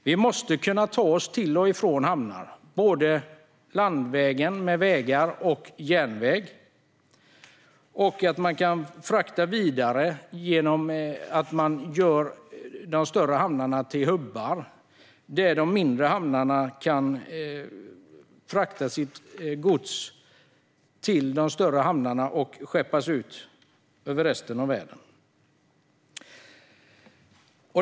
Man måste kunna ta sig till och från hamnar landvägen, både på väg och på järnväg, och kunna frakta vidare genom att de större hamnarna görs till hubbar så att de mindre hamnarna kan frakta sitt gods till de större hamnarna där det sedan skeppas ut till resten av världen.